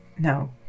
No